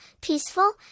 peaceful